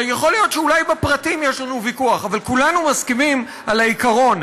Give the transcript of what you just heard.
יכול להיות שאולי בפרטים יש לנו ויכוח אבל כולנו מסכימים על העיקרון,